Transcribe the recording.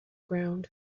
ground